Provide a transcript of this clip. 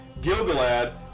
Gilgalad